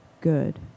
good